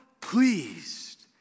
pleased